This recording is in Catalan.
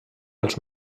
els